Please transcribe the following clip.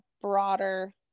broader